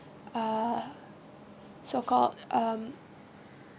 uh so called um